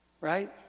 Right